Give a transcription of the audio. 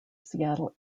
seattle